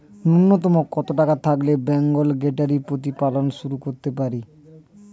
নূন্যতম কত টাকা থাকলে বেঙ্গল গোটারি প্রতিপালন শুরু করতে পারি?